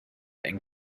and